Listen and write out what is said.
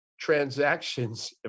transactions